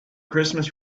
christmas